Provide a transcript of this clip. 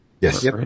Yes